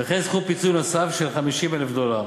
וכן סכום פיצוי נוסף של 50,000 דולר,